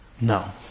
No